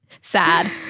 Sad